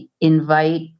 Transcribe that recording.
invite